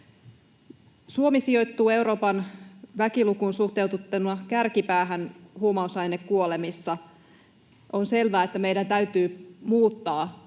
Suomi sijoittuu Euroopan väkilukuun suhteutettuna kärkipäähän huumausainekuolemissa. On selvää, että meidän täytyy muuttaa